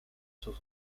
sus